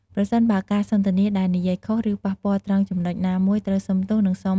ប្រសិនបើការសន្ទនាដែលនិយាយខុសឬប៉ះពាល់ត្រង់ចំណុចណាមួយត្រូវសុំទោសនិងសុំអធ្យាស្រ័យភ្លាមៗ។